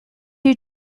you